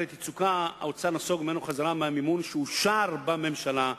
יצוקה" האוצר נסוג מהמימון שאושר בממשלה,